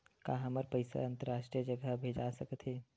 का हमर पईसा अंतरराष्ट्रीय जगह भेजा सकत हे?